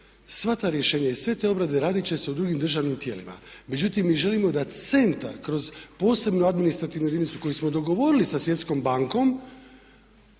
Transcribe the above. sva ta rješenja i sve te obrade radit će se u drugim državnim tijelima. Međutim, mi želimo da centar kroz posebnu administrativnu jedinicu koju smo dogovorili sa Svjetskom bankom